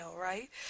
right